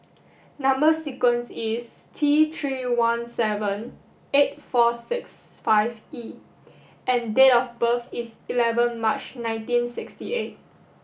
number sequence is T three one seven eight four six five E and date of birth is eleven March nineteen sixty eight